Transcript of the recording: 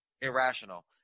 irrational